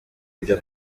ibyo